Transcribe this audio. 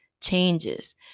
changes